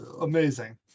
amazing